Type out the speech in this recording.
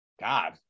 God